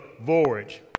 voyage